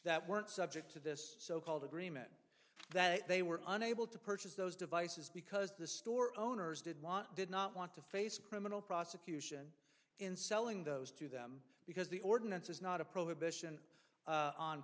that weren't subject to this so called agreement that they were unable to purchase those devices because the store owners did not did not want to face criminal prosecution in selling those to them because the ordinance is not a prohibition